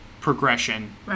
progression